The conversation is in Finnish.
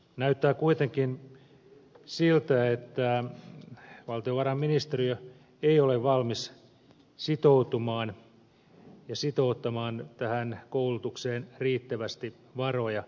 näyttää kuitenkin siltä että valtiovarainministeriö ei ole valmis sitouttamaan tähän koulutukseen riittävästi varoja